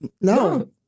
No